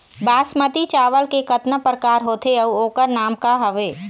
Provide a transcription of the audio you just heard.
बासमती चावल के कतना प्रकार होथे अउ ओकर नाम क हवे?